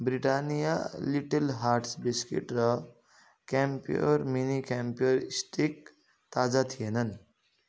Britannia little hearts biscuit र Campure mini Campure stick ताजा थिएनन्